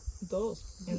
Dos